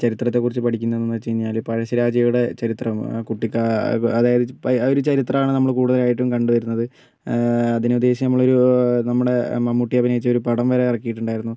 ചരിത്രത്തെ കുറിച്ച് പഠിക്കുന്നതെന്നു വെച്ചു കഴിഞ്ഞാൽ പഴശ്ശിരാജയുടെ ചരിത്രം കുട്ടിക്കാലം അതായത് പ ആ ഒരു ചരിത്രമാണ് നമ്മൾ കൂടുതലായിട്ടും കണ്ടു വരുന്നത് അതിനു ഉദ്ദേശിച്ച് ഒരു നമ്മുടെ മമ്മൂട്ടി അഭിനയിച്ച ഒരു പടം വരെ ഇറക്കീട്ടുണ്ടായിരുന്നു